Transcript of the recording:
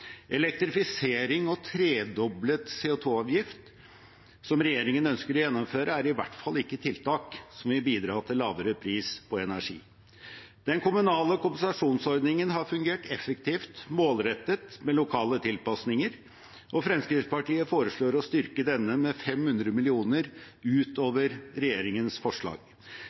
Elektrifisering og tredoblet CO 2 -avgift, som regjeringen ønsker å gjennomføre, er i hvert fall ikke tiltak som vil bidra til lavere pris på energi. Den kommunale kompensasjonsordningen har fungert effektivt og målrettet med lokale tilpasninger, og Fremskrittspartiet foreslår å styrke denne med 500 mill. kr utover regjeringens forslag.